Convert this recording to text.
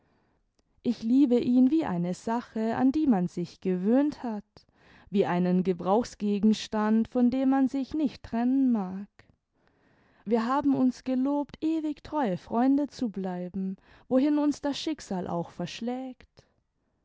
solch liebe ihn wie eine sache an die man sich gewöhnt hat wie einen gebrauchsgegenstand von dem man sich nicht trennen mag wir haben uns gelobt ewig treue freunde zu bleiben wohin uns das schicksal auch verschlägt